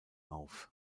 auf